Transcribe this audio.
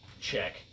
check